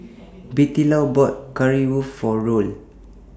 Bettylou bought Currywurst For Roel